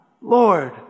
Lord